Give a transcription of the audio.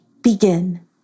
begin